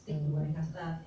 mm